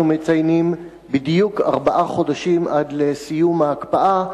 מציינים בדיוק ארבעה חודשים עד לסיום ההקפאה.